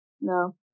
No